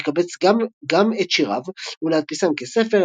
החליטו לקבץ גם את שיריו ולהדפיסם כספר,